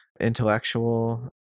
intellectual